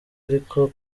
ariko